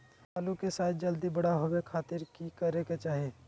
आलू के साइज जल्दी बड़ा होबे खातिर की करे के चाही?